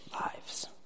lives